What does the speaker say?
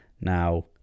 Now